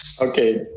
Okay